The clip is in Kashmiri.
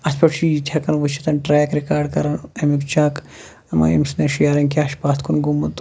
اَتھ پٮ۪ٹھ چھُ یہِ تہِ ہٮ۪کن وُچھِتھ ٹرٛیک رِکارڈ کَران امیُک چیک اَما أمۍ سٕنٛدٮ۪ن شِیرَن کیٛاہ چھِ پَتھ کُن گوٚمُت